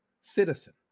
citizen